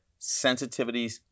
sensitivities